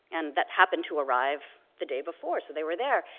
and that happened to arrive the day before, so they were there.